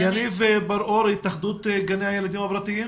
יניב בר אור, התאחדות גני הילדים הפרטיים.